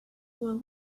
will